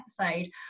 episode